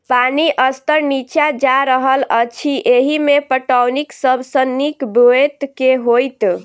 पानि स्तर नीचा जा रहल अछि, एहिमे पटौनीक सब सऽ नीक ब्योंत केँ होइत?